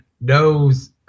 knows